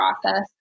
process